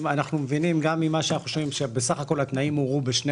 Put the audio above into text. אם אנחנו מבינים גם ממה שאנחנו שומעים שבסך הכל התנאים --- בשני